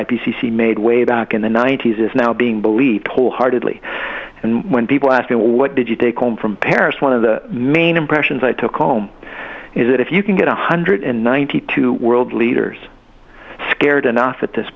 c made way back in the ninety's is now being believe wholeheartedly and when people ask me what did you take home from paris one of the main impressions i took home is that if you can get a hundred and ninety two world leaders scared enough at this